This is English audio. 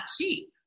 cheap